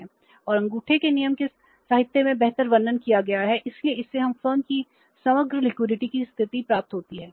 हमें वर्तमान रेशों की स्थिति प्राप्त होती है